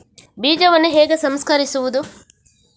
ಬೀಜವನ್ನು ಹೇಗೆ ಸಂಸ್ಕರಿಸುವುದು?